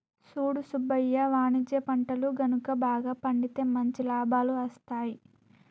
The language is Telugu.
సూడు సుబ్బయ్య వాణిజ్య పంటలు గనుక బాగా పండితే మంచి లాభాలు అస్తాయి